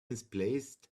misplaced